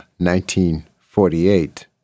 1948